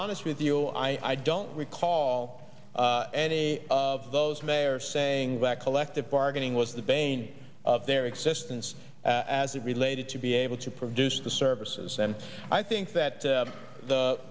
honest with you i don't recall any of those mayor saying that collective bargaining was the bane of their existence as it related to be able to produce the services and i think that the the